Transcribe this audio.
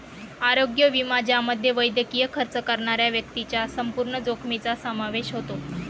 आरोग्य विमा ज्यामध्ये वैद्यकीय खर्च करणाऱ्या व्यक्तीच्या संपूर्ण जोखमीचा समावेश होतो